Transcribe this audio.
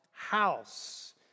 house